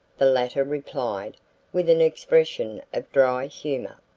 the latter replied with an expression of dry humor.